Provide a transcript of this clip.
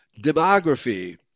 demography